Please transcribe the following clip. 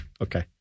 Okay